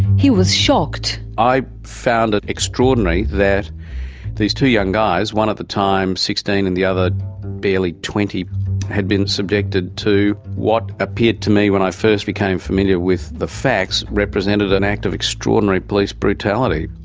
he was shocked. i found it extraordinary that these two young guys one at the time sixteen and the other barely twenty had been subjected to what appeared to me when i first became familiar with the facts, represented an act of extraordinary police brutality.